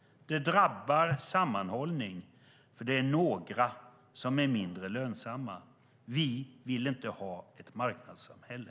Det drabbar sammanhållning eftersom det är några som är mindre lönsamma. Vi vill inte ha ett marknadssamhälle.